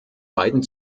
beiden